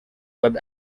web